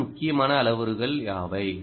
மற்ற முக்கியமான அளவுருக்கள் யாவை